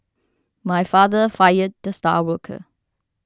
my father fired the star worker